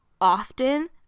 often